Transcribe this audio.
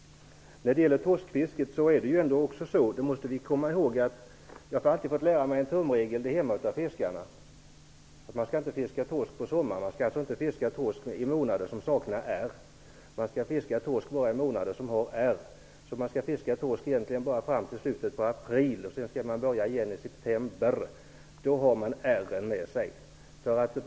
När det gäller torskfisket måste vi komma ihåg att man inte skall fiska torsk på sommaren. Av fiskarna där hemma har jag fått lära mig som tumregel att man inte skall fiska torsk i månader som saknar r i sitt namn. Man skall fiska torsk bara fram till slutet av april, och sedan skall man börja igen i september; då har man r:en med sig.